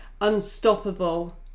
unstoppable